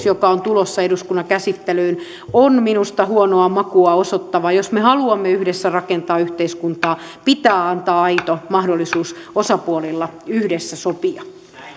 joka on tulossa eduskunnan käsittelyyn on minusta huonoa makua osoittava jos me haluamme yhdessä rakentaa yhteiskuntaa pitää antaa aito mahdollisuus osapuolille yhdessä sopia